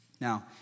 Now